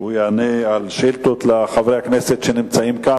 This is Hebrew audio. והוא יענה על שאילתות לחברי הכנסת שנמצאים כאן.